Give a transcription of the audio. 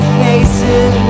faces